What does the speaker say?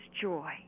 joy